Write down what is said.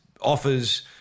offers